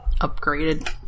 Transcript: upgraded